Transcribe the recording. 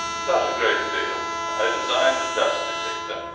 not a great deal. i designed a dust detector,